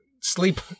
sleep